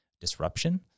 disruption